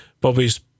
Bobby's